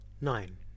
Nine